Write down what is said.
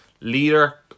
leader